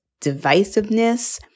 divisiveness